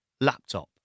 laptop